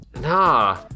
Nah